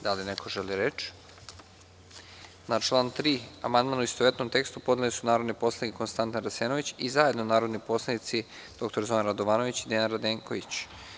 Da li neko želi reč? (Ne) Na član 3. amandman u istovetnom tekstu podneli su narodni poslanici Konstantin Arsenović i zajedno narodni poslanici dr Zoran Radovanović i Dejan Radenković.